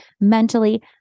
mentally